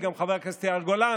גם חבר הכנסת יאיר גולן,